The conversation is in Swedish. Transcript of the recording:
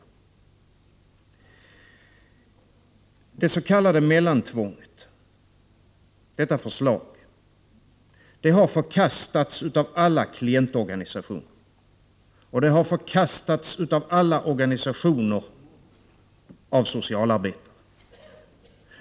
Förslaget om det s.k. mellantvånget har förkastats av alla klientorganisationer, och det har förkastats av alla organisationer av socialarbetare.